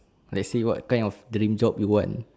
let say what kind of dream job you want